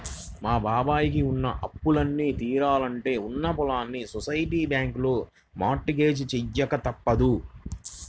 మా బాబాయ్ కి ఉన్న అప్పులన్నీ తీరాలంటే ఉన్న పొలాల్ని సొసైటీ బ్యాంకులో మార్ట్ గేజ్ చెయ్యక తప్పదు